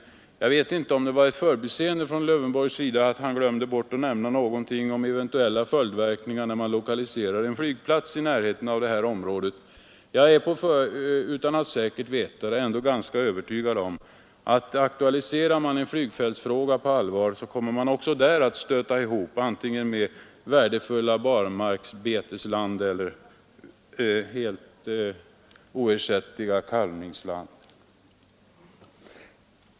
Jag vet inte om det var ett förbiseende av herr Lövenborg att han glömde bort att säga något om de eventuella följdverkningarna när man lokaliserar en flygplats i närheten av detta område. Jag är utan att säkert veta det ändå ganska övertygad om att man, om man på allvar aktualiserar flygfältsfrågan, också där kommer att stöta ihop med antingen barmarksbetesland eller helt oersättliga kalvningsland.